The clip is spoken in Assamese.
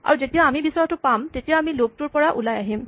আৰু যেতিয়া আমি বিচৰাটো পাম তেতিয়া আমি লুপ টোৰ পৰা ওলাই আহিম